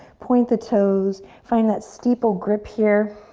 point the toes. find that steeple grip here.